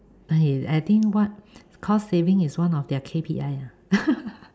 okay I think what cost saving is one of their K_P_I lah